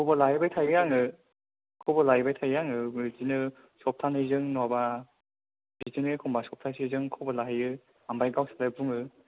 खबर लाहैबाय थायो आङो खबर लाहैबाय थायो आङो बिदिनो सप्तानैजों नङाबा बिदिनो एखनबा सप्तासे जों खबर लाहैयो आमफ्राइ गावसोरलाय बुङो